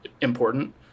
important